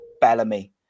Bellamy